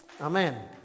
Amen